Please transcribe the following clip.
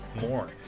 more